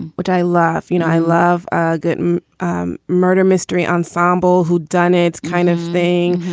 which i love. you know, i love a good and um murder mystery ensemble whodunit kind of thing.